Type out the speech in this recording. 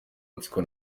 amatsiko